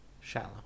Shallow